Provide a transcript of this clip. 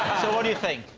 what do you think,